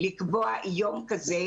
לקבוע יום כזה,